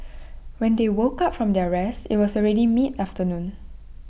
when they woke up from their rest IT was already mid afternoon